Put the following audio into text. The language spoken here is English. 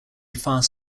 fast